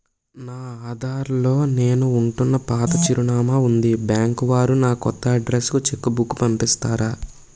నా ఆధార్ లో నేను ఉంటున్న పాత చిరునామా వుంది బ్యాంకు వారు నా కొత్త అడ్రెస్ కు చెక్ బుక్ పంపిస్తారా?